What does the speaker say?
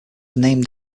named